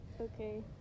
Okay